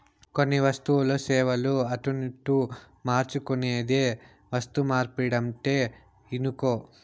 కొన్ని వస్తువులు, సేవలు అటునిటు మార్చుకునేదే వస్తుమార్పిడంటే ఇనుకో